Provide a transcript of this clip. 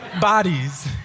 bodies